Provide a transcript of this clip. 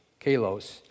kalos